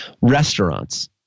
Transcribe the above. Restaurants